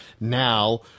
now